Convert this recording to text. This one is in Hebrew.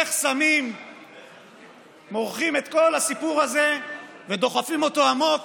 איך מורחים את כל הסיפור הזה ודוחפים אותו עמוק